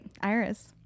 Iris